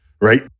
right